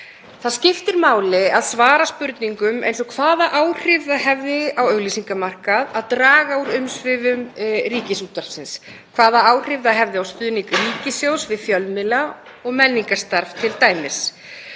Það skiptir máli að svara spurningum eins og hvaða áhrif það hefði á auglýsingamarkað að draga úr umsvifum Ríkisútvarpsins, hvaða áhrif það hefði t.d. á stuðning ríkissjóðs við fjölmiðla og menningarstarf.